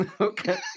Okay